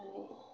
आमफ्राय